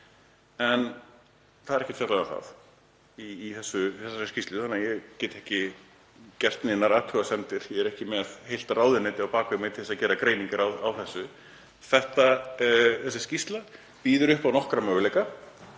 En það er ekkert fjallað um það í þessari skýrslu þannig að ég get ekki gert neinar athugasemdir. Ég er ekki með heilt ráðuneyti á bak við mig til þess að gera greiningar á þessu. Þessi skýrsla býður upp á nokkra möguleika.